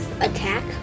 attack